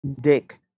Dick